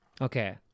Okay